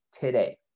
today